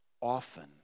often